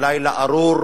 כלילה ארור,